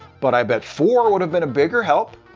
but i bet four would have been a bigger help.